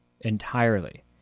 entirely